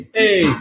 hey